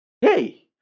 Hey